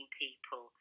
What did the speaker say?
people